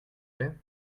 plait